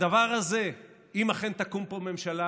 הדבר הזה, אם אכן תקום פה ממשלה,